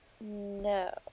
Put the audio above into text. No